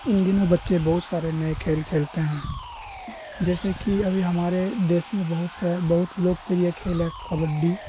ان دنوں بچے بہت سارے نئے کھیل کھیلتے ہیں جیسے کہ ابھی ہمارے دیش میں بہت سے بہت لوک پریہ کھیل ہے کبڈی